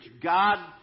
God